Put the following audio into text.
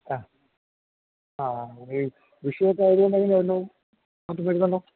ആ ആ ഈ വിഷു ഒക്കെ ആയതു കൊണ്ടെങ്ങനെയാണ് വല്ലതും മാറ്റം വരുന്നുണ്ടോ